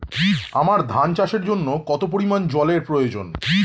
আমন ধান চাষের জন্য কত পরিমান জল এর প্রয়োজন?